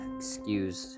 excuse